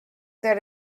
that